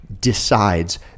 decides